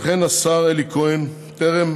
וכן השר אלי כהן, טרם